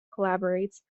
collaborates